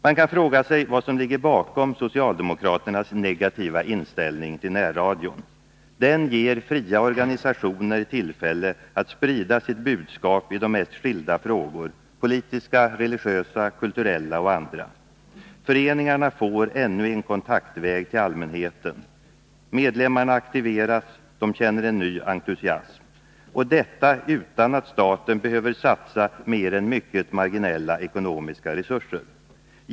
Man kan fråga sig vad som ligger bakom socialdemokraternas negativa inställning till närradion. Den ger fria organisationer tillfälle att sprida sitt budskap i de mest skilda frågor — politiska, religiösa, kulturella och andra. Föreningarna får ännu en kontaktväg till allmänheten. Medlemmarna aktiveras, de känner en ny entusiasm. Och detta utan att staten behöver satsa mer än mycket marginella ekonomiska resurser.